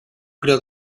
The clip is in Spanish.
creo